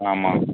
ஆமாம்